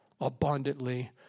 abundantly